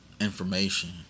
information